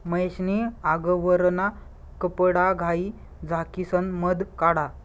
महेश नी आगवरना कपडाघाई झाकिसन मध काढा